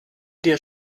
dir